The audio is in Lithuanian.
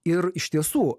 ir iš tiesų